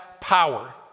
power